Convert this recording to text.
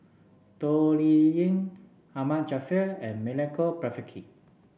Toh Liying Ahmad Jaafar and Milenko Prvacki